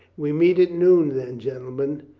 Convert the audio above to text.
we meet at noon, then, gentlemen.